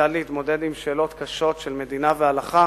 כיצד להתמודד עם שאלות קשות של מדינה והלכה